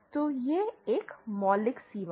तो यह एक मौलिक सीमा है